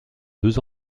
deux